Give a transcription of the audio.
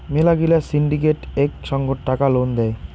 মেলা গিলা সিন্ডিকেট এক সঙ্গত টাকা লোন দেয়